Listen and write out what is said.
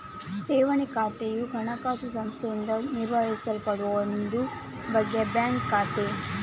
ಠೇವಣಿ ಖಾತೆಯು ಹಣಕಾಸು ಸಂಸ್ಥೆಯಿಂದ ನಿರ್ವಹಿಸಲ್ಪಡುವ ಒಂದು ಬಗೆಯ ಬ್ಯಾಂಕ್ ಖಾತೆ